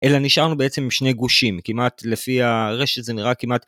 אלא נשארנו בעצם עם שני גושים כמעט לפי הרשת זה נראה כמעט.